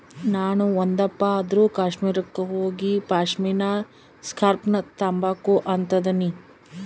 ನಾಣು ಒಂದಪ್ಪ ಆದ್ರೂ ಕಾಶ್ಮೀರುಕ್ಕ ಹೋಗಿಪಾಶ್ಮಿನಾ ಸ್ಕಾರ್ಪ್ನ ತಾಂಬಕು ಅಂತದನಿ